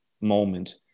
moment